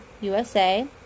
USA